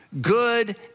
good